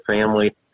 family